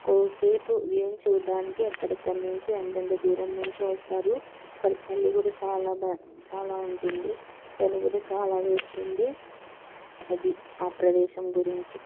కాసేపు వ్యూని చూడ్డానికి ఎక్కడెక్కడి నుంచో ఎంతంత దూరం నుంచో వస్తారు అక్కడ చలి కూడా చాలా బ చాలా ఉంటుంది చలి కూడా చాలా వేస్తుంది అది ఆ ప్రదేశం గురించి